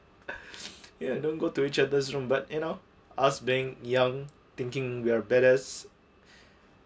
ya don't go to each other's room but you know us being young thinking we're are betters